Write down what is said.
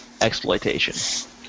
exploitation